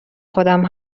خودم